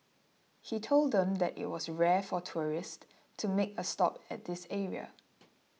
he told them that it was rare for tourist to make a stop at this area